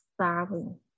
starving